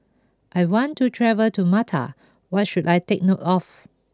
I want to travel to Malta what should I take note of